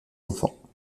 enfants